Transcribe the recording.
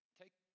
take